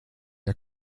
der